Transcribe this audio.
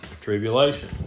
tribulation